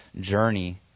journey